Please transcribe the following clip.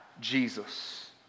Jesus